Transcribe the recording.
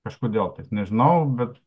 kažkodėl tais nežinau bet